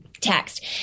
text